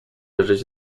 leżeć